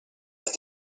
that